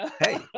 hey